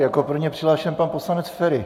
Jako první je přihlášen pan poslanec Feri.